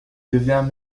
devint